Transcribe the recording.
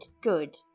good